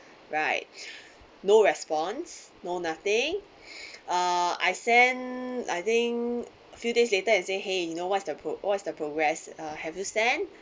no response no nothing uh I sent I think a few days later and say !hey! you know what's the pro~ what's the progress uh have you send